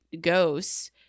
ghosts